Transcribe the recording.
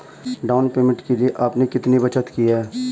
Down payment के लिए आपने कितनी बचत की है?